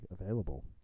available